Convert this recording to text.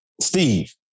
Steve